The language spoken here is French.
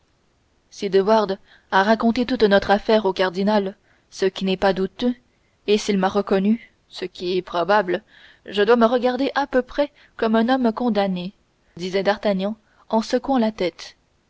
si de wardes a raconté toute notre affaire au cardinal ce qui n'est pas douteux et s'il m'a reconnu ce qui est probable je dois me regarder à peu près comme un homme condamné disait d'artagnan en secouant la tête